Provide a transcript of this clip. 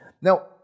Now